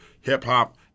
hip-hop